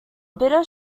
bitter